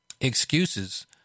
excuses